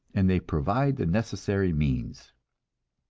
and they provide the necessary means.